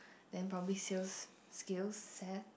then probably sales skill set